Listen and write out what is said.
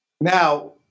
Now